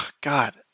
God